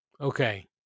okay